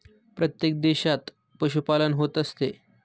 प्रत्येक देशात पशुपालन होत असते